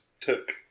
took